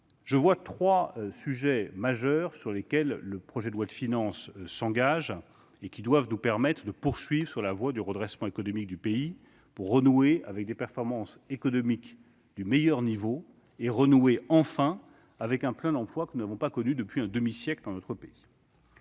Je vois trois sujets majeurs sur lesquels le projet de loi de finances s'engage et qui doivent nous permettre de poursuivre sur la voie du redressement économique de notre pays et de renouer avec des performances économiques du meilleur niveau et- enfin ! -avec un plein-emploi que nous n'avons pas connu depuis un demi-siècle. Le premier